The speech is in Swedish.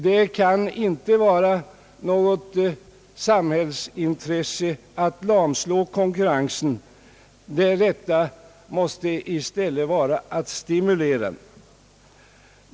Det kan inte vara något samhällsintresse att lamslå konkurrensen, det rätta måste i stället vara att stimulera den.